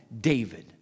David